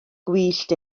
gwyllt